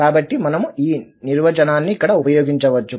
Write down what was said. కాబట్టి మనము ఈ నిర్వచనాన్ని ఇక్కడ ఉపయోగించవచ్చు